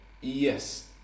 yes